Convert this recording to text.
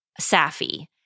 Safi